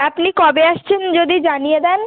আপনি কবে আসছেন যদি জানিয়ে দেন